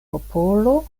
popolo